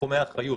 בתחומי אחריות.